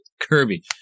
Kirby